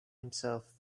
himself